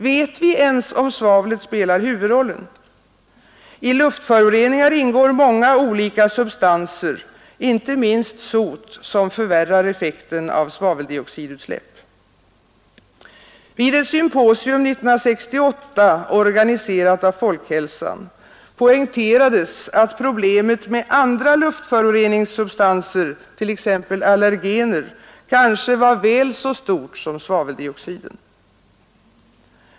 Vet vi ens om svavlet spelar huvudrollen? I luftföroreringar ingår många olika substanser, inte minst sot som förvärrar offekten av svaveldioxidutsläppet. Vid ett symposium 1968, organiserat av Folkhälsan, poängterades att andra luftföroreningssubstanser, t.ex. allergener, kanske var ett väl så stort problem som svaveldioxiden.